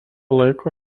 laiko